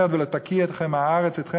אומרת לגביו: "ולא תקיא הארץ אתכם